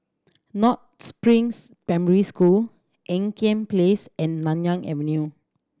North Springs Primary School Ean Kiam Place and Nanyang Avenue